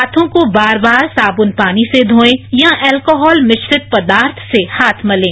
हांथों को बार बार साइन पानी से धोए या अल्कोहल मिश्रित पदार्थ से हाथ मलें